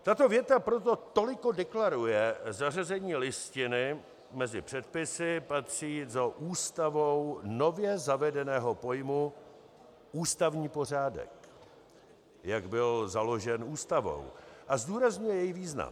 Tato věta proto toliko deklaruje zařazení listiny mezi předpisy, patří do Ústavou nově zavedeného pojmu ústavní pořádek, jak byl založen Ústavou, a zdůrazňuje její význam.